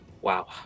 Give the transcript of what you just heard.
Wow